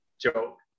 Joke